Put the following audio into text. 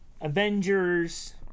Avengers